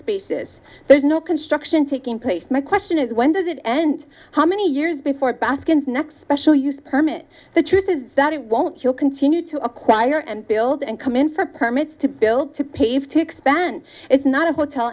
basis there's no construction taking place my question is when does it end how many years before baskins next special use permit the truth is that it won't you'll continue to acquire and build and come in for permits to build to pave to expand it's not a hotel